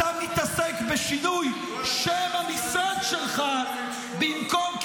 אתה מתעסק בשינוי שם המשרד שלך במקום,